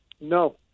No